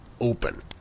open